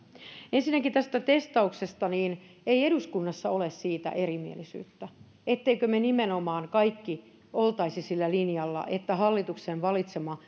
ensinnäkin tästä testauksesta ei eduskunnassa ole erimielisyyttä siitä ettemmekö me kaikki nimenomaan olisi sillä linjalla etteikö hallituksen valitsema